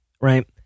Right